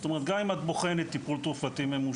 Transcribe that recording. זאת אומרת גם אם את בוחנת טיפול תרופתי ממושך,